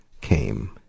came